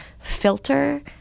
filter